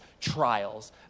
trials